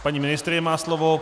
Paní ministryně má slovo.